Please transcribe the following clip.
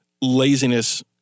laziness